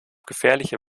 gefährliche